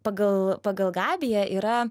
pagal pagal gabiją yra